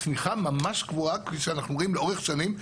צמיחה ממש קבועה כפי שאנחנו רואים לאורך שנים,